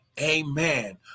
Amen